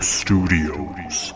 studios